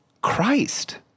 Christ